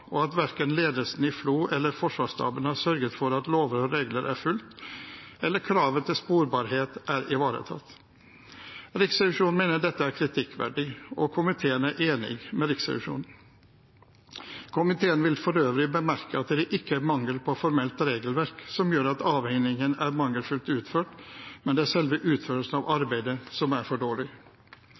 og at verken ledelsen i FLO eller Forsvarsstaben har sørget for at lover og regler er fulgt, eller at kravene til sporbarhet er ivaretatt. Riksrevisjonen mener dette er kritikkverdig, og komiteen er enig med Riksrevisjonen. Komiteen vil for øvrig bemerke at det ikke er mangel på formelt regelverk som gjør at avhendingen er mangelfullt utført, men at det er selve utførelsen av arbeidet som er for dårlig.